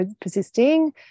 persisting